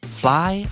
fly